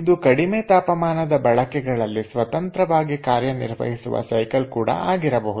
ಇದು ಕಡಿಮೆ ತಾಪಮಾನದ ಬಳಕೆಗಳಲ್ಲಿ ಸ್ವತಂತ್ರವಾಗಿ ಕಾರ್ಯನಿರ್ವಹಿಸುವ ಸೈಕಲ್ ಕೂಡ ಆಗಿರಬಹುದು